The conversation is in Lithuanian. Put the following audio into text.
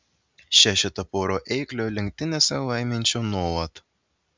šešetą porų eiklių lenktynėse laiminčių nuolat